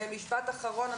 במשפט אחרון,